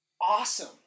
awesome